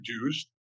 produced